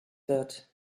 wird